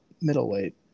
Middleweight